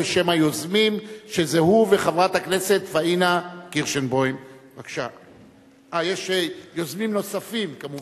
היוזמים היו חברת הכנסת פניה קירשנבאום וחבר הכנסת דב חנין.